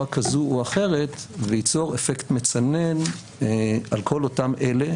כזו או אחרת וייצור אפקט מצנן על כל אותם אלה,